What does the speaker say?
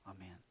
Amen